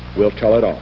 will tell it all.